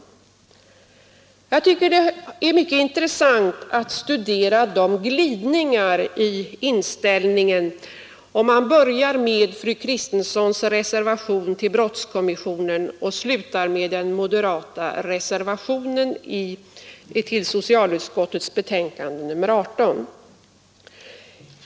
Jag tycker att det är mycket intressant att studera glidningarna i inställningen från fru Kristenssons reservation i brottskommissionen och fram till den moderata reservationen till socialutskottets betänkande nr 18.